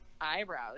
eyebrows